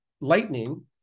lightning